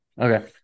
Okay